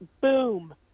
boom